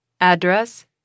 address